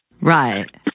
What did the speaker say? Right